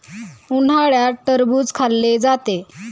उन्हाळ्यात टरबूज खाल्ले जाते